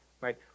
right